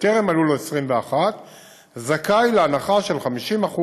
שטרם מלאו לו 21 זכאי להנחה של 50%